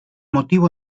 motivo